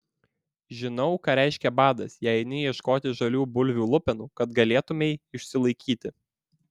žinau ką reiškia badas jei eini ieškoti žalių bulvių lupenų kad galėtumei išsilaikyti